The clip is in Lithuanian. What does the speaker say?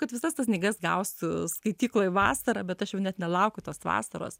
kad visas tas knygas gausiu skaitykloj vasarą bet aš jau net nelaukiu tos vasaros